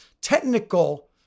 technical